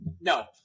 no